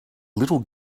little